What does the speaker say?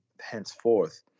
henceforth